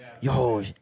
Yo